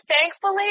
thankfully